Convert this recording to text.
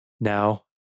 Now